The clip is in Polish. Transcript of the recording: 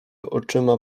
oczyma